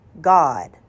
God